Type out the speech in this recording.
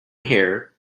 hair